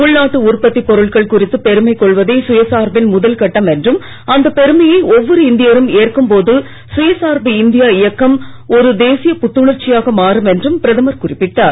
உள்நாட்டு உற்பத்தி பொருட்கள் குறித்து பெருமை கொள்வதே சுயசார்பின் முதல் கட்டம் என்றும் அந்த பெருமையை அவ்வொரு இந்தியரும் ஏற்கும் போது சுயசார்பு இந்தியா இயக்கம் ஒரு தேசிய புத்துணர்ச்சியாக மாறும் என்றும் பிரதமர் குறிப்பிட்டார்